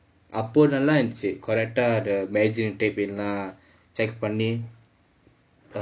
அப்போ நல்லா இருந்துச்சு:appo nallaa irunthuchu correct ah the measuring tape எல்லாம்:ellaam check பண்ணி:panni